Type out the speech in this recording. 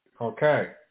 Okay